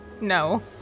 no